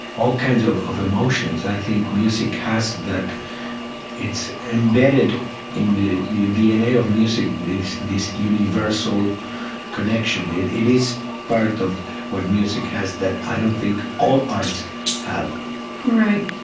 all kinds of of emotions. i think music has that it's embedded in the the dna of music is this universal connection. it it is part of what music has that i don't think all arts have right.